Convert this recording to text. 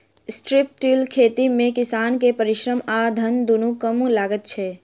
strip till खेती मे किसान के परिश्रम आ धन दुनू कम लगैत छै